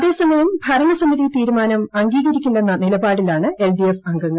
അതേസമയം ഭരണസമിതി തീരുമാനം അംഗീകരിക്കില്ലെന്ന നിലപാടിലാണ് എൽഡിഎഫ് അംഗങ്ങൾ